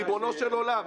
ריבונו של עולם,